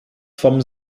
vom